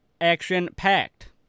action-packed